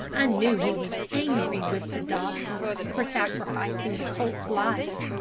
i knew he was angry with the dobsons for sacrificing the colt's life.